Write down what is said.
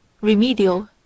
remedial